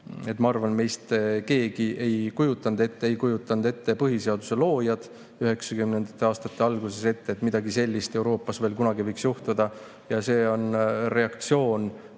Ma arvan, et meist keegi ei kujutanud ette, ei kujutanud ka põhiseaduse loojad 1990. aastate alguses ette, et midagi sellist Euroopas veel kunagi võiks juhtuda. Ja see on reaktsioon